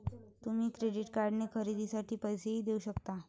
तुम्ही क्रेडिट कार्डने खरेदीसाठी पैसेही देऊ शकता